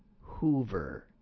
Hoover